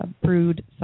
brewed